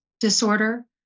disorder